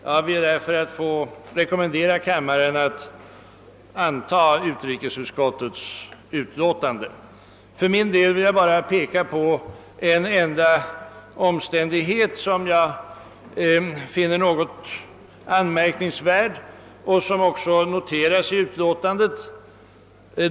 Jag ber därför att få rekommendera kammaren att anta utrikesutskottets hemställan. Jag vill bara peka på en enda omständighet, som jag finner något anmärkningsvärd och som också noteras i utlåtandet.